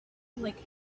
like